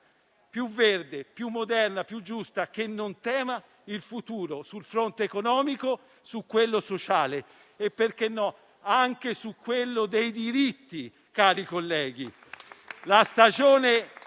più verde, più moderna, più giusta, che non tema il futuro sul fronte economico, su quello sociale e - perché no? - anche su quello dei diritti, cari colleghi.